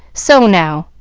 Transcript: so now!